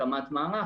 הקמת מערך,